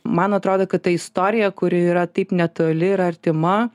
man atrodo kad ta istorija kuri yra taip netoli ir artima